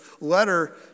letter